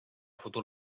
futur